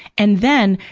and then,